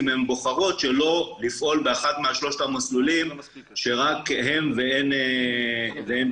אם הן בוחרות שלא לפעול באחד משלושת המסלולים שרק הם ואין בלתם.